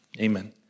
Amen